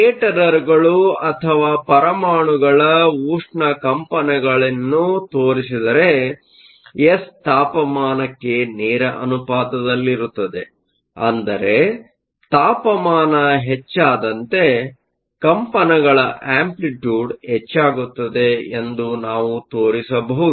ಸ್ಕೇಟರರ್ಗಳು ಅಥವಾ ಪರಮಾಣುಗಳ ಉಷ್ಣ ಕಂಪನಗಳಿಗಳನ್ನು ತೋರಿಸಿದರೆ ಎಸ್ ತಾಪಮಾನಕ್ಕೆ ನೇರ ಅನುಪಾತದಲ್ಲಿರುತ್ತದೆ ಅಂದರೆ ತಾಪಮಾನ ಹೆಚ್ಚಾದಂತೆ ಕಂಪನಗಳ ಅಂಪ್ಲಿಟ್ಯೂಡ್ ಹೆಚ್ಚಾಗುತ್ತದೆ ಎಂದು ನಾವು ತೋರಿಸಬಹುದು